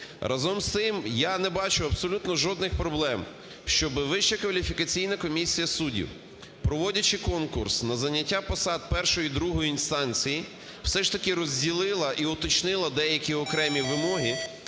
Разом із тим, я не бачу абсолютно жодних проблем, щоби Вища кваліфікаційна комісія суддів, проводячи конкурс на зайняття посад першої і другої інстанції, все ж таки розділила і уточнила деякі окремі вимоги